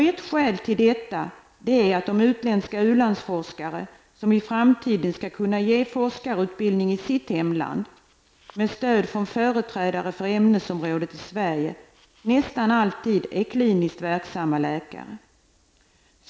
Ett skäl till att detta är angeläget är att utländska ulandsforskare som i framtiden skall kunna ge forskarutbildning i sitt hemland, med stöd från företrädare för ämnesområdet i Sverige, nästan alltid är kliniskt verksamma läkare.